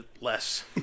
less